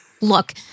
Look